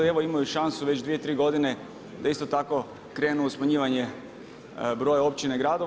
Evo imaju šansu već dvije, tri godine da isto tako krenu u smanjivanje broja općina i gradova.